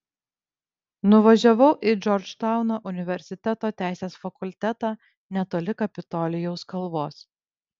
nuvažiavau į džordžtauno universiteto teisės fakultetą netoli kapitolijaus kalvos